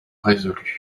résolu